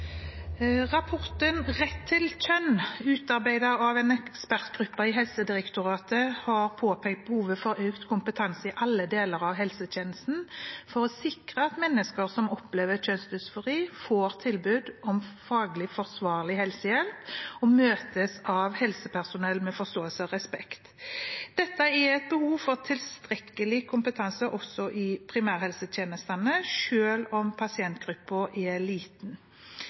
Rapporten «Rett til rett kjønn – helse til alle kjønn», utarbeidet av en ekspertgruppe i Helsedirektoratet, har påpekt behovet for økt kompetanse i alle deler av helsetjenesten for å sikre at mennesker som opplever kjønnsdysfori, får tilbud om faglig forsvarlig helsehjelp og møtes av helsepersonell med forståelse og respekt. Det er et behov for tilstrekkelig kompetanse også i primærhelsetjenestene, selv om pasientgruppen er liten.